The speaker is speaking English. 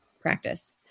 practice